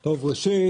ראשית,